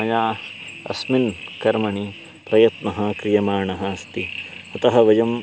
मया अस्मिन् कर्मणि प्रयत्नः क्रियमाणः अस्ति अतः वयम्